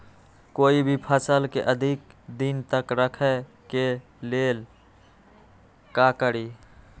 कोई भी फल के अधिक दिन तक रखे के ले ल का करी?